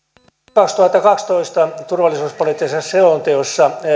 kaksituhattakaksitoista turvallisuuspoliittisessa selonteossa